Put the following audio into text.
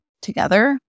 together